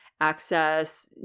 access